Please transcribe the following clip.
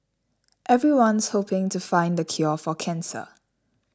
everyone's hoping to find the cure for cancer